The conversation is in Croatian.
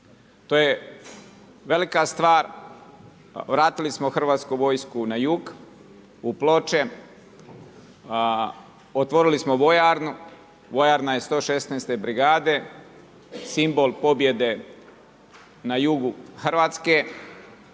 To je velika stvar, vratili smo hrvatsku vojsku na jug u Ploče, otvorili smo vojarnu, vojarna je 116. brigade, simbol pobjede na jugu Hrvatske.